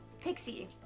pixie